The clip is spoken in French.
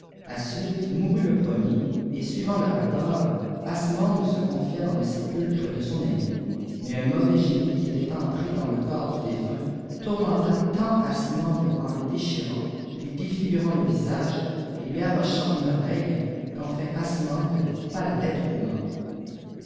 mourut le premier et suivant leur accord asmond se confina dans le sépulcre de son ami mais un mauvais génie qui était entré dans le corps du défunt tourmenta tant asmond en le déchirant lui défîginrant le visage et lui arrachant une oreille qu'enfin asmond coupa la tête du mort